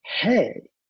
hey